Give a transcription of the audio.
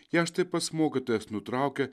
ją štai pats mokytojas nutraukė